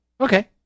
Okay